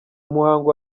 umuhango